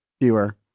viewer